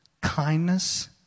kindness